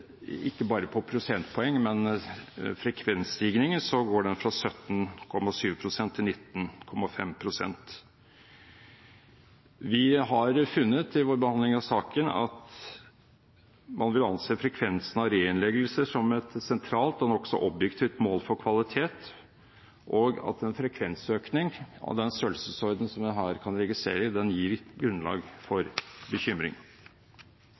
fra 17,7 pst. til 19,5 pst. Vi har i vår behandling av saken funnet at man vil anse frekvensen av reinnleggelser som et sentralt og nokså objektivt mål for kvalitet, og at en frekvensøkning av den størrelsesorden som jeg her kan registrere, gir grunnlag for bekymring.